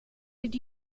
did